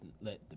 let